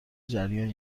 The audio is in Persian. جریان